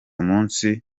umunsi